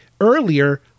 earlier